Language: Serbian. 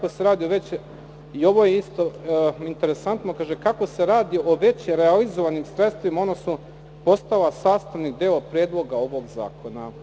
Ovo je isto interesantno, kako se radi o već realizovanim sredstvima, ona su postala sastavni deo predloga ovog zakona.